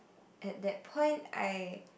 at that point I